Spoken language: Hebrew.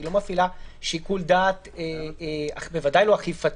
היא לא מפעילה שיקול דעת, בוודאי לא אכיפתי.